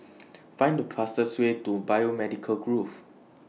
Find The fastest Way to Biomedical Grove